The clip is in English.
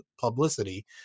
publicity